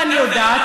ואני יודעת,